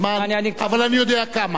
אבל אני יודע כמה.